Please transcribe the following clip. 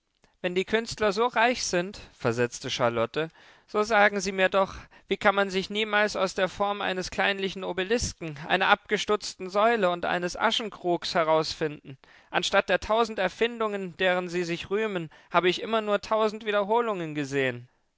wenn die künstler so reich sind versetzte charlotte so sagen sie mir doch wie kann man sich niemals aus der form eines kleinlichen obelisken einer abgestutzten säule und eines aschenkrugs herausfinden anstatt der tausend erfindungen deren sie sich rühmen habe ich immer nur tausend wiederholungen gesehen